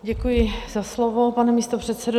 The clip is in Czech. Děkuji za slovo, pane místopředsedo.